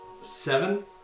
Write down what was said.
Seven